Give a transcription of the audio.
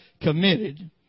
committed